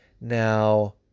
Now